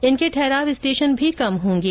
इनके ठहराव स्टेशन भी कम होंगे